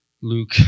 Luke